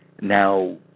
Now